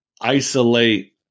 isolate